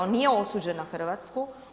On nije osuđen na Hrvatsku.